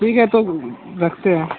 ठीक है तो रखते हैं